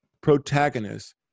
protagonist